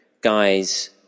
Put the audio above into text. guys